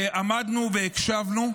עמדנו והקשבנו.